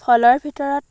ফলৰ ভিতৰত